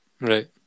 Right